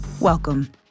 welcome